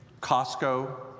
Costco